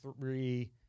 three